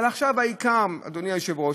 אבל עכשיו העיקר, אדוני היושב-ראש: